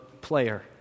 player